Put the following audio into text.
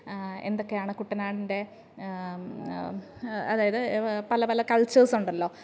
എന്തൊക്കെയാണ് കുട്ടനാടിൻറെ അതായത് പല പല കൾച്ചേഴ്സ് ഉണ്ടല്ലോ